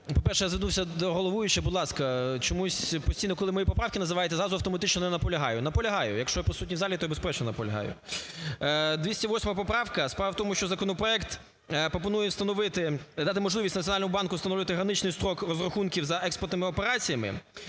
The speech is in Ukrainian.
По-перше, я звернуся до Головуючого. Будь ласка, чомусь постійно, коли мої поправки називаєте, зразу автоматично не наполягаю. Наполягаю, якщо я присутній в залі, то я, безперечно, наполягаю. 208 поправка. Справа в тому, що законопроект пропонує встановити і дати можливість Національному банку встановити граничний строк розрахунків за експортними операціями.